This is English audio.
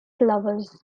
lovers